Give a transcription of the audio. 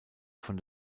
von